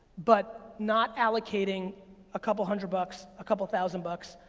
but not allocating a couple hundred bucks, a couple thousand bucks,